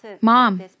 mom